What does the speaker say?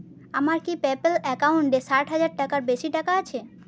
আমার কি পেপ্যাল অ্যাকাউন্ডে ষাট হাজার টাকার বেশি টাকা আছে